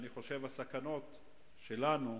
אני חושב שהסכנות שלנו,